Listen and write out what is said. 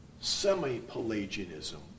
Semi-Pelagianism